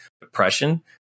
depression